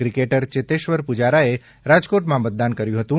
cricketer Cheteshwar પૂજારાએ રાજકોટમાં મતદાન કર્યું હતું